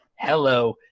Hello